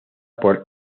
por